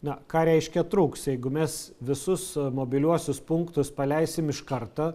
na ką reiškia trūks jeigu mes visus mobiliuosius punktus paleisim iš karto